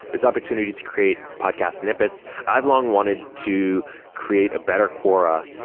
there's opportunity to create podcast snippets. i've long wanted to create a better quora,